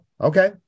Okay